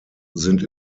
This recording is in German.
sind